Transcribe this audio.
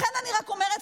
לכן אני רק אומרת,